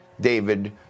David